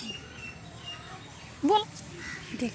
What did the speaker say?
की मुई land development बैंकत अपनार खाता खोलवा स ख छी?